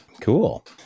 Cool